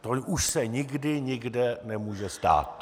To už se nikdy nikde nemůže stát.